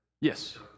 Yes